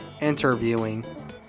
interviewing